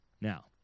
Now